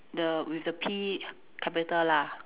the with the P capital lah